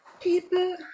people